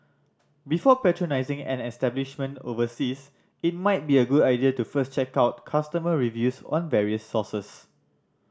before patronising an establishment overseas it might be a good idea to first check out customer reviews on various sources